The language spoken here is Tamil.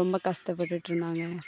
ரொம்ப கஷ்டப்பட்டுட்ருந்தாங்க